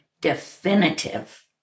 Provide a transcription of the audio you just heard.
definitive